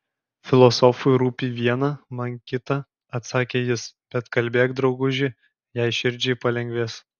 filosofui rūpi viena man kita atsakė jis bet kalbėk drauguži jei širdžiai palengvės